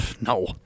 No